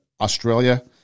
Australia